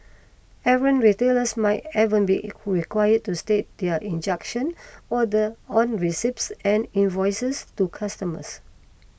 errant retailers might even be required to state their injunction order on receipts and invoices to customers